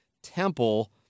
Temple